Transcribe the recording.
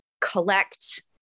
collect